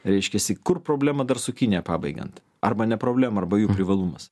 reiškiasi kur problema dar su kinija pabaigiant arba ne problema arba jų privalumas